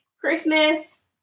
Christmas